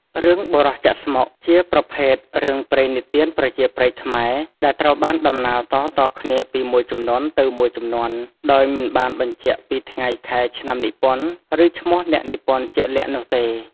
រឿង "បុរសចាក់ស្មុគ" ជាប្រភេទ រឿងព្រេងនិទានប្រជាប្រិយខ្មែរ ដែលត្រូវបានដំណាលតៗគ្នាពីមួយជំនាន់ទៅមួយជំនាន់ ដោយមិនបានបញ្ជាក់ពី ថ្ងៃខែឆ្នាំនិពន្ធ ឬ ឈ្មោះអ្នកនិពន្ធជាក់លាក់នោះទេ។